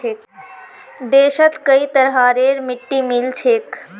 देशत कई तरहरेर मिट्टी मिल छेक